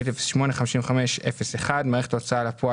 בתוכנית 08-55-01 מערכת ההוצאה לפועל